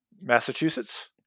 Massachusetts